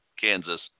Kansas